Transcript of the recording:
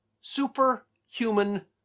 superhuman